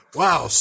wow